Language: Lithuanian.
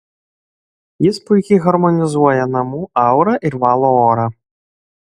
jis puikiai harmonizuoja namų aurą ir valo orą